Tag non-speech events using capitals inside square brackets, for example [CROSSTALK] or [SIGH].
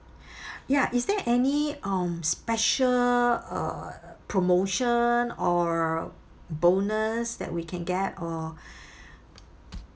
[BREATH] ya is there any um special uh promotion or bonus that we can get or [BREATH]